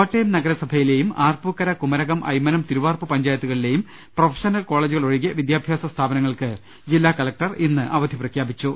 കോട്ടയം നഗരസഭയിലെയും ആർപ്പൂക്കര കുമരകം ഐമനം തിരുവാർപ്പ് പഞ്ചായത്തുകളിലെയും പ്രൊഫഷണൽ കോളേജുകൾ ഒഴികെ വിദ്യാഭ്യാസ സ്ഥാപ നങ്ങൾക്ക് ജില്ലാ കലക്ടർ ഇന്ന് അവധി പ്രഖ്യാപിച്ചു